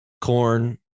corn